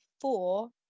four